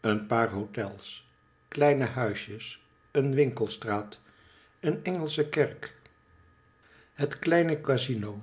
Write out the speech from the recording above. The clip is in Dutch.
een paar hotels kleine huisjes een winkelstraat een engelsche kerk het kleine casino